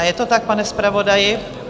Je to tak, pane zpravodaji?